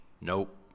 Nope